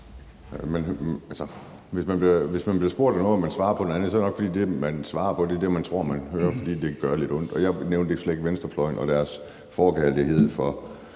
hvis man bliver spurgt om noget og man svarer på noget andet, er det nok, fordi det, man svarer på, er det, man tror man hører, fordi det gør lidt ondt. Jeg nævnte jo slet ikke venstrefløjen og deres forkærlighed for